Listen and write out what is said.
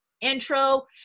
intro